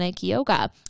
yoga